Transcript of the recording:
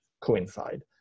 coincide